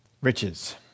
riches